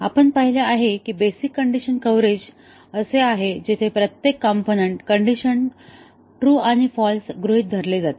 आपण पाहिले आहे की बेसिक कण्डिशन कव्हरेज असे आहे जिथे प्रत्येक कॉम्पोनन्ट कंडिशन ट्रू आणि फाल्स व्हॅल्यू गृहीत धरते